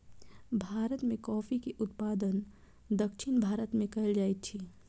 भारत में कॉफ़ी के उत्पादन दक्षिण भारत में कएल जाइत अछि